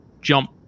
jump